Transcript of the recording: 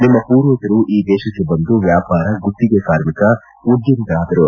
ನಿರ್ಮ ಪೂರ್ವಜರು ಈ ದೇಶಕ್ಕೆ ಬಂದು ವ್ಯಾಪಾರ ಗುತ್ತಿಗೆ ಕಾರ್ಮಿಕರು ಉದ್ಲಮಿಗಳಾದರು